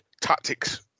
tactics